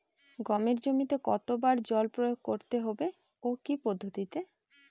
গমের জমিতে কতো বার জল প্রয়োগ করতে হবে ও কি পদ্ধতিতে?